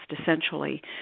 Essentially